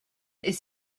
est